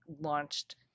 launched